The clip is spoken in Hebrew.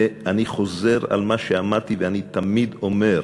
ואני חוזר על מה שאמרתי ואני תמיד אומר: